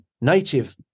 native